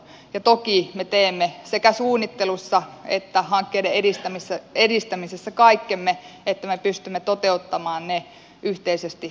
ja toki me teemme sekä suunnittelussa että hankkeiden edistämisessä kaikkemme että me pystymme toteuttamaan ne yhteisesti sovitulla tavalla